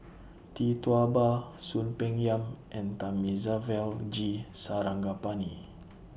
Tee Tua Ba Soon Peng Yam and Thamizhavel G Sarangapani